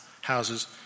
houses